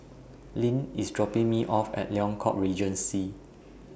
Leann IS dropping Me off At Liang Court Regency